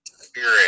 spirit